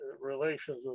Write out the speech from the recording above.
relations